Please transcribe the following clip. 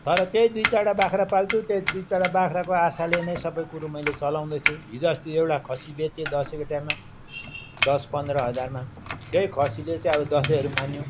तर त्यही दुई चारवटा बाख्रा पाल्छु त्यही दुई चारवटा बाख्राको आशाले नै सबै कुरो मैले चलाउँदैछु हिजो अस्ति एउटा खसी बेचेँ दसैँको टाइममा दस पन्ध्र हजारमा त्यही खसीले चाहिँ आबो दसैँहरू मानियो